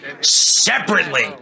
separately